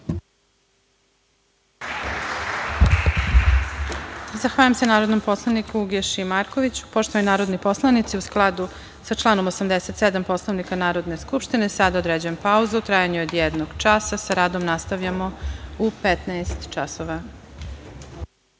Zahvaljujem se narodnom poslaniku Uglješi Markoviću. Poštovani narodni poslanici, u skladu sa članom 87. Poslovnika Narodne skupštine, sada određujem pauzu u trajanju od jednog časa. Sa radom nastavljamo u 15.00